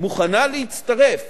מוכנה להצטרף